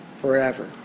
forever